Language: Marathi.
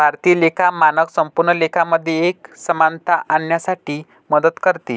भारतीय लेखा मानक संपूर्ण लेखा मध्ये एक समानता आणण्यासाठी मदत करते